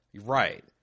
Right